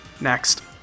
Next